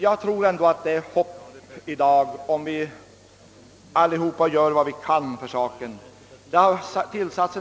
Jag tror emellertid ändå att det finns ett visst hopp i dag, om vi alla gör vad vi kan för den goda saken.